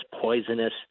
poisonous